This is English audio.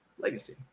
Legacy